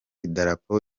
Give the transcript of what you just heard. idarapo